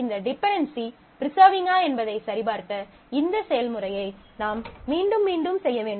இந்த டிபென்டென்சி ப்ரிசர்விங்கா என்பதை சரிபார்க்க இந்த செயல்முறையை நாம் மீண்டும் மீண்டும் செய்ய வேண்டும்